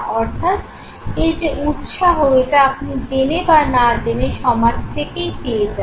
অর্থাৎ এই যে উৎসাহ এটা আপনি জেনে বা না জেনে সমাজ থেকেই পেয়ে যান